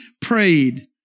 prayed